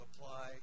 apply